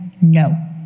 no